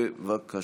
בבקשה.